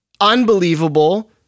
unbelievable